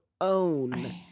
own